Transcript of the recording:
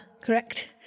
correct